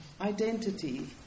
identity